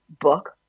book